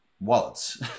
wallets